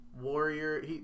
Warrior